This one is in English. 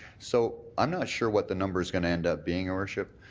so i'm not sure what the number's going to end up being, your worship,